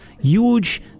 huge